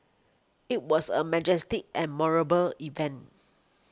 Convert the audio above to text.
it was a majestic and moral ball event